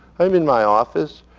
i'm in my office.